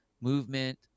movement